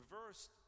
reversed